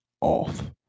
off